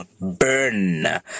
burn